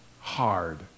hard